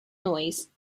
noise